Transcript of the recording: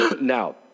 Now